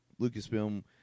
lucasfilm